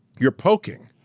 you're poking,